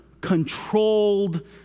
controlled